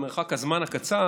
ממרחק הזמן הקצר,